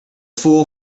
fool